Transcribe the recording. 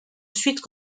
suite